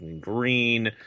green